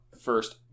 first